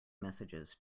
messages